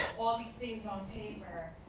all these things on paper,